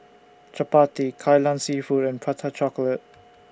Chappati Kai Lan Seafood and Prata Chocolate